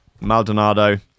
Maldonado